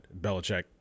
Belichick